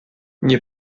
nie